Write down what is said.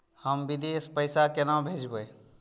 हम विदेश पैसा केना भेजबे?